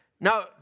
now